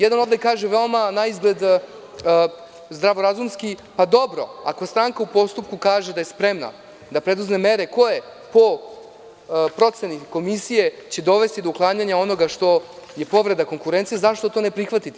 Jedan ovde kaže veoma naizgled zdravorazumski – pa dobro, ako stranka u postupku kaže da je spremna da preduzme mere koje će po proceni komisije dovesti do uklanjanja onoga što je povreda konkurencije, zašto to ne prihvatiti?